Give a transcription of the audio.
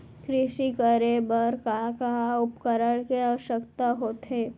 कृषि करे बर का का उपकरण के आवश्यकता होथे?